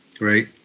Right